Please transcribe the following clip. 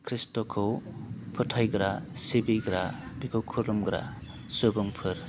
खृष्ट'खौ फोथायग्रा सिबिग्रा बिखौ खुलुमग्रा सुबुंफोर